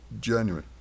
genuine